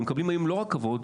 הם מקבלים היום לא רק כבוד,